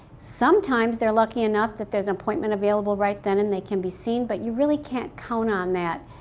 sometimes they're lucky enough that there's an appointment available right then and they can be seen. but you really can't count on that.